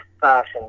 fashion